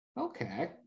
Okay